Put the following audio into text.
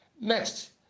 Next